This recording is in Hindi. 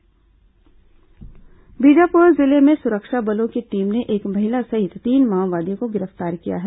माओवादी गिरफ्तार बीजापुर जिले में सुरक्षा बलों की टीम ने एक महिला सहित तीन माओवादियों को गिरफ्तार किया है